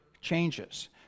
changes